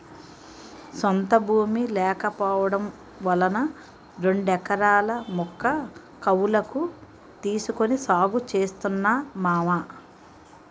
సొంత భూమి లేకపోవడం వలన రెండెకరాల ముక్క కౌలకు తీసుకొని సాగు చేస్తున్నా మావా